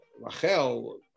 Rachel